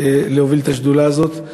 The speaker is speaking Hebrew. להוביל את השדולה הזו,